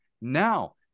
now